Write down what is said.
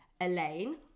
Elaine